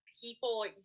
people